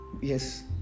Yes